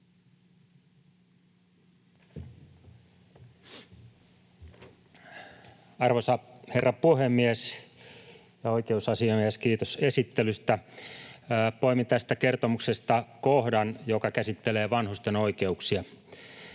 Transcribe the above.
Arvoisa herra puhemies! Ja oikeusasiamies, kiitos esittelystä! Poimin tästä kertomuksesta kohdan, joka käsittelee vanhusten oikeuksia.